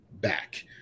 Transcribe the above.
back